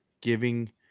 giving